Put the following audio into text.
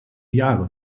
jahre